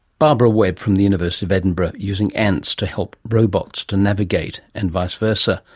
barbara webb from the university of edinburgh, using ants to help robots to navigate, and vice versa,